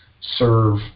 serve